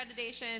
accreditation